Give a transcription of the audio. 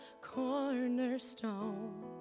cornerstone